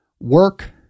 work